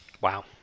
Wow